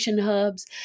Hubs